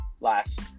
last